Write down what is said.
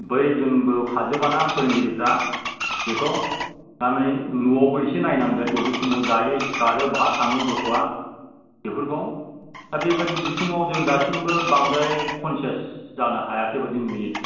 बै जोंबो हाजोबाना फोरोंगिरिफ्रा बेखौ थारमानि न'आवबो एसे नायनांगोन बबे समाव जायो सिखारो बाहा थाङो गथ'आ बेफोरखो दा बेबादि बिथिङाव जों दासिमबो बांद्राय कनसियास जानो हायाखै बादि नुयो